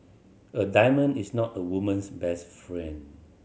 a diamond is not a woman's best friend